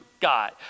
God